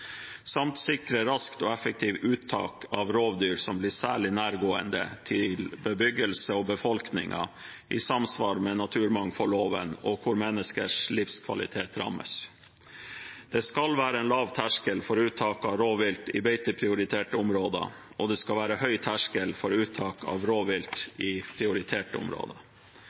samt sikre raskt og effektivt uttak av rovdyr som blir særlig nærgående til bebyggelse og befolkning, i samsvar med naturmangfoldloven, og hvor menneskers livskvalitet rammes. Det skal være en lav terskel for uttak av rovvilt i beiteprioriterte områder, og det skal være høy terskel for uttak av rovvilt i prioriterte områder.